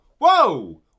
whoa